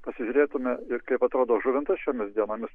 pasižiūrėtume kaip atrodo žuvintas šiomis dienomis